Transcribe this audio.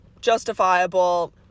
justifiable